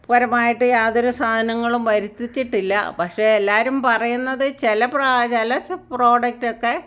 പരമായിട്ട് യാതൊരു സാധനങ്ങളും വരുത്തിച്ചിട്ടില്ല പക്ഷേ എല്ലാവരും പറയുന്നത് ചില പ്രാ ചില സ് പ്രോഡക്റ്റൊക്കെ